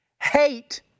Hate